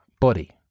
body